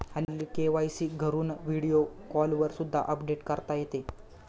हल्ली के.वाय.सी घरून व्हिडिओ कॉलवर सुद्धा अपडेट करता येते